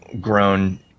grown